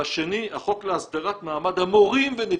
והשני, החוק להסדרת מעמד המורים ונציגותם.